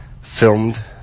filmed